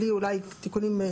בלי אולי תיקונים,